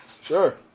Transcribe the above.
Sure